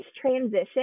transition